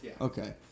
Okay